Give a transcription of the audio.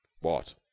What